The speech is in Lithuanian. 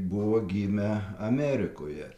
buvo gimę amerikoje